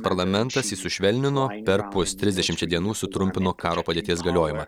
parlamentas jį sušvelnino perpus trisdešimčiai dienų sutrumpino karo padėties galiojimą